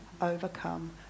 overcome